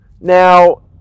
Now